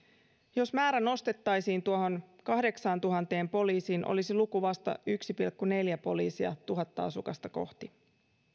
jos määrä nostettaisiin tuohon kahdeksaantuhanteen poliisiin olisi luku vasta yksi pilkku neljä poliisia tuhatta asukasta kohti